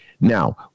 Now